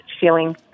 feeling